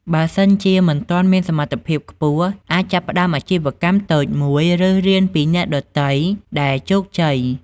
បើសិនជាមិនទាន់មានសត្ថភាពខ្ពស់ អាចចាប់ផ្តើមអាជីវកម្មតូចមួយ ឬរៀនពីអ្នកដទៃដែលជោគជ័យ។